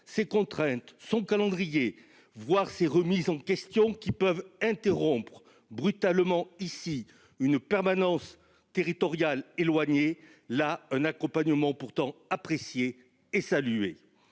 ses contraintes, son calendrier, voire ses remises en question, qui peuvent interrompre brutalement, ici, une permanence territoriale éloignée, ou, là, un accompagnement pourtant apprécié et salué.